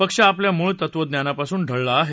पक्ष आपल्या मूळ तत्त्वज्ञानापासून ढळला आहे